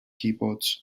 keyboards